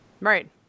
Right